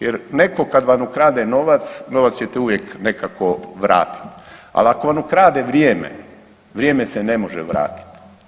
Jer netko kad vam ukrade novac, novac čete uvijek nekako vratiti, ali ako vam ukrade vrijeme, vrijeme se ne može vratiti.